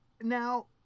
now